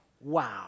Wow